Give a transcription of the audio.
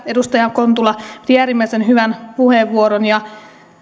edustaja kontula piti äärimmäisen hyvän puheenvuoron ja